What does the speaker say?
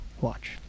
watch